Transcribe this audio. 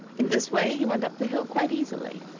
in this way he went up the hill quite easily,